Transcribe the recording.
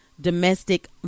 domestic